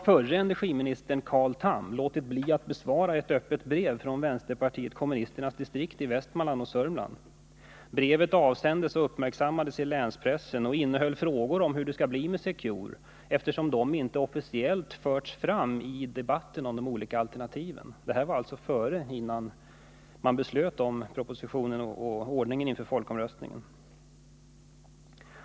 Förre energiministern Carl Tham har låtit bli att besvara ett öppet brev från vänsterpartiet kommunisternas distrikt i Västmanland och Södermanland. Brevet avsändes till och uppmärksammades av länspressen och innehöll frågor om hur det skall bli med secure, eftersom de inte officiellt förs fram i debatten om de olika alternativen. Detta var alltså innan man beslöt Nr 81 om propositionen och ordningen inför folkomröstningen.